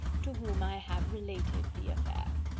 to whom i have related the affair.